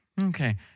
Okay